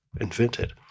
invented